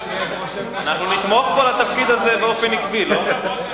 אנחנו נתמוך בו לתפקיד הזה באופן עקבי, לא?